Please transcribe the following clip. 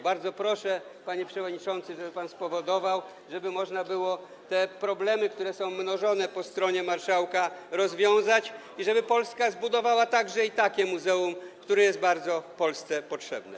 Bardzo proszę, panie przewodniczący, żeby pan spowodował to, żeby można było te problemy, które są mnożone przez marszałka, rozwiązać tak, żeby Polska zbudowała także i takie muzeum, które jest bardzo Polsce potrzebne.